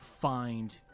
find